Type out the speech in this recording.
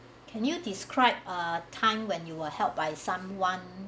can you describe a time when you were helped by someone